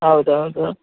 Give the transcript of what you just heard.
ಹೌದೌದು